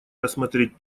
рассмотреть